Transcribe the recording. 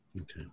Okay